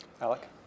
Alec